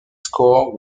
score